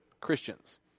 Christians